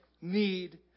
need